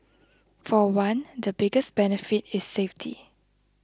for one the biggest benefit is safety